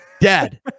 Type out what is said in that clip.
Dad